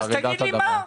תגיד לי מה.